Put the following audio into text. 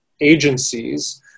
agencies